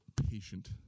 Patient